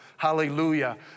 hallelujah